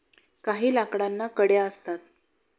काही लाकडांना कड्या असतात